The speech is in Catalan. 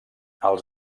els